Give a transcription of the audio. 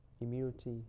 immunity